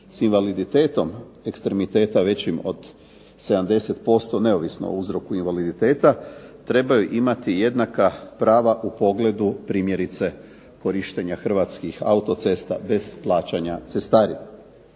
s invaliditetom ekstremiteta većim od 70% neovisno o uzroku invaliditeta trebaju imati jednaka prava u pogledu primjerice korištenja hrvatskih autocesta bez plaćanja cestarine.